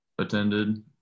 attended